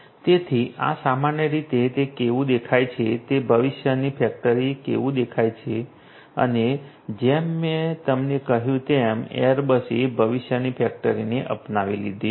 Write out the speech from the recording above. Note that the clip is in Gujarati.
તેથી આ સામાન્ય રીતે તે કેવું દેખાય છે તે ભવિષ્યની ફેક્ટરીમાં કેવું દેખાય છે અને જેમ મેં તમને કહ્યું તેમ એરબસે ભવિષ્યની ફેક્ટરીને અપનાવી લીધી છે